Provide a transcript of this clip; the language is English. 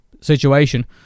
situation